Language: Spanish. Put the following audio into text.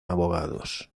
abogados